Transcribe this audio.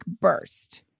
burst